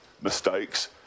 mistakes